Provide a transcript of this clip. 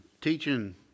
Teaching